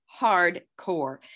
hardcore